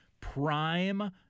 Prime